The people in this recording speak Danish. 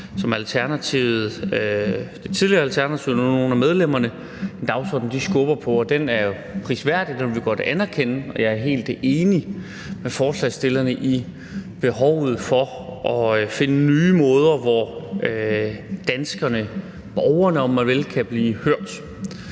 og det er en dagsorden, som tidligere medlemmer af Alternativet skubber på. Det er jo prisværdigt, og det vil jeg godt anerkende, og jeg er helt enig med forslagsstillerne i behovet for at finde nye måder, hvorpå danskerne – borgerne, om man vil – kan blive hørt.